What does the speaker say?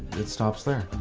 it stops there.